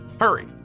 Hurry